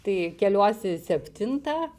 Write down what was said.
tai keliuosi septintą